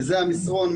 שזה המסרון,